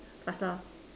faster